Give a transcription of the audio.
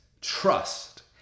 trust